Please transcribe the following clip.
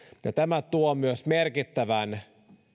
tämä tuo myös merkittävän